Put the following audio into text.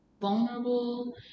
vulnerable